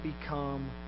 become